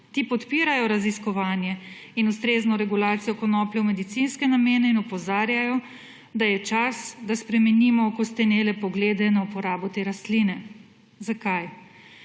Ti podpirajo raziskovanje in ustrezno regulacijo konoplje v medicinske namene in opozarjajo, da je čas, da spremenimo okostenele poglede na uporabo te rastline. Zakaj?